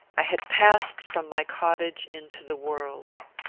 i had passed from my cottage into the world.